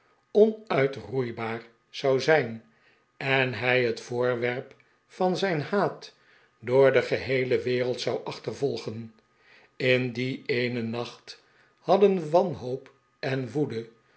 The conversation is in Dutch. onuitroeibaar zou zijn en hij het voorwerp van zijn haat door de geheele wereld zou achtervolgen in dien eenen nacht hadden wanhoop en woede